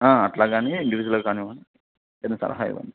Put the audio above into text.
అలా కానీ ఇండివీజ్వల్ కానీవ్వండి ఏదైనా సలహా ఇవ్వండి